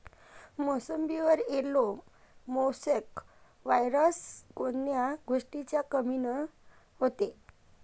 मोसंबीवर yellow mosaic virus कोन्या गोष्टीच्या कमीनं होते?